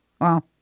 Wow